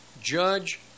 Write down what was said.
judge